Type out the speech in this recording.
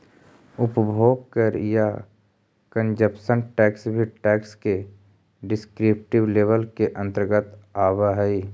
उपभोग कर या कंजप्शन टैक्स भी टैक्स के डिस्क्रिप्टिव लेबल के अंतर्गत आवऽ हई